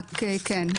לא,